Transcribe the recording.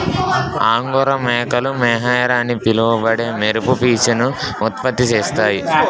angora మేకలు mohair అని పిలువబడే మెరుపు పీచును ఉత్పత్తి చేస్తాయి